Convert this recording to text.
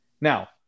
Now